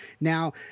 now